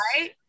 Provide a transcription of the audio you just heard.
right